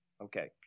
Okay